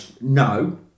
No